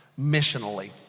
missionally